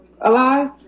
alive